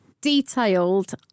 detailed